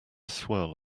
swirl